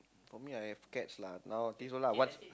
for me I have cats lah now I think so lah what